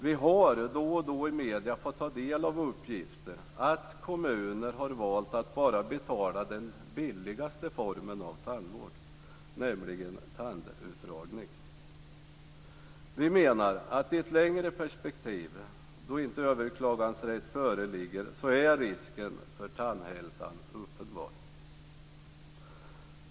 Vi har då och då i medierna fått ta del av uppgifter om att kommuner har valt att bara betala den billigaste formen av tandvård, nämligen tandutdragning. Vi menar att risken för tandhälsan är uppenbar i ett längre perspektiv då inte överklagansrätt föreligger.